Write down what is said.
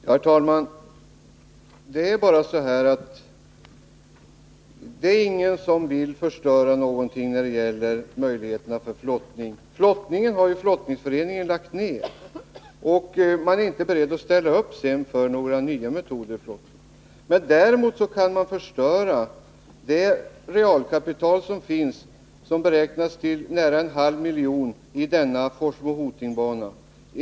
Herr talman! Det är bara så att ingen vill förstöra något när det gäller möjligheterna för flottningen. Flottningsföreningen har ju en gång lagt ner flottningen och är sedan inte beredd att ställa upp för några nya metoder när det gäller flottning. Däremot kan man förstöra det realkapital som finns och som beräknas till nära en halv miljon kronor i Forsmo-Hoting-banan.